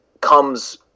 comes